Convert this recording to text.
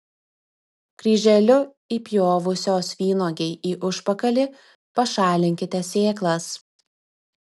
kryželiu įpjovusios vynuogei į užpakalį pašalinkite sėklas